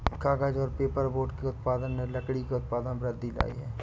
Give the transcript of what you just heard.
कागज़ और पेपरबोर्ड के उत्पादन ने लकड़ी के उत्पादों में वृद्धि लायी है